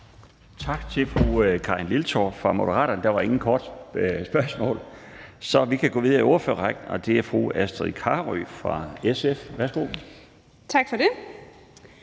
Tak til fru Karin Liltorp fra Moderaterne. Der var ingen korte bemærkninger, så vi kan gå videre i ordførerrækken, og det er fru Astrid Carøe fra SF. Værsgo. Kl.